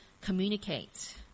communicate